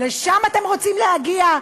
לשם אתם רוצים להגיע?